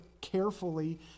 carefully